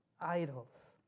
idols